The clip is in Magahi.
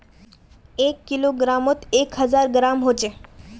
एक किलोग्रमोत एक हजार ग्राम होचे